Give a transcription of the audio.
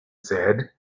said